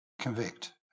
convict